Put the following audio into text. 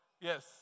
Yes